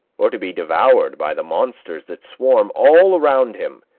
or to be devoured by the monsters that swarm all around him,